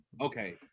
Okay